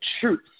truth